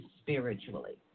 spiritually